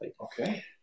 Okay